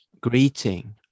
greeting